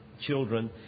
children